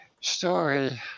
story